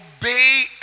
obey